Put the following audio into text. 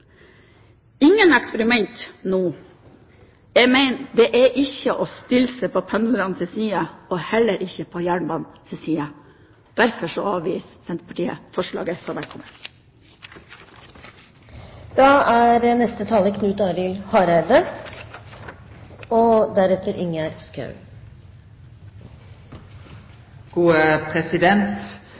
Ingen eksperimenter nå! Det er ikke å stille seg på pendlernes side, og heller ikke på jernbanens side. Derfor avviser Senterpartiet forslaget. Eg registrerer at Tone Merete Sønsterud er skuffa over Kristeleg Folkeparti, og da er